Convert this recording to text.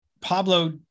Pablo